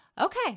Okay